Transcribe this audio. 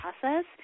process